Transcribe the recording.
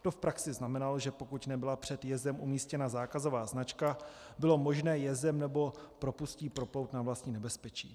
To v praxi znamenalo, že pokud nebyla před jezem umístěna zákazová značka, bylo možné jezem nebo propustí proplout na vlastní nebezpečí.